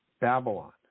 Babylon